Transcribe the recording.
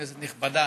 כנסת נכבדה,